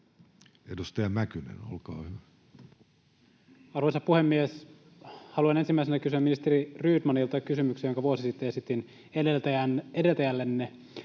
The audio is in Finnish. Edustaja Mäkynen, olkaa hyvä. Arvoisa puhemies! Haluan ensimmäisenä kysyä ministeri Rydmanilta kysymyksen, jonka vuosi sitten esitin edeltäjällenne.